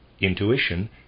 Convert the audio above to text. Intuition